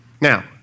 Now